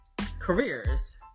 careers